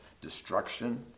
destruction